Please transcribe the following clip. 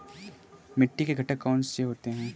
मिट्टी के घटक कौन से होते हैं?